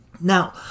Now